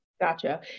Gotcha